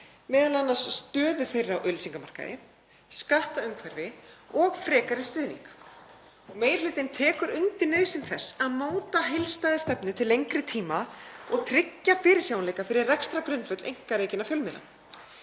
m.a. stöðu þeirra á auglýsingamarkaði, skattumhverfi og frekari stuðning. Meiri hlutinn tekur undir nauðsyn þess að móta heildstæða stefnu til lengri tíma og tryggja fyrirsjáanleika fyrir rekstrargrundvöll einkarekinna fjölmiðla.